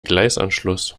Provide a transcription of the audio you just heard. gleisanschluss